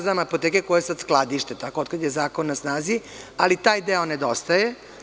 Znam apoteke koje sada skladište, od kada je zakon na snazi, ali taj deo nedostaje.